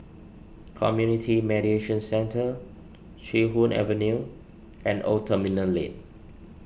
Community Mediation Centre Chee Hoon Avenue and Old Terminal Lane